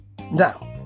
now